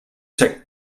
checkt